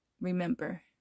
Remember